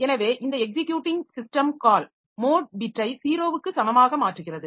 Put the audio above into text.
எனவே இந்த executing system call mode பிட்டை 0 க்கு சமமாக மாற்றுகிறது